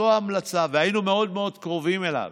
זו ההמלצה, והיינו מאוד מאוד קרובים לזה